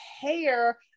hair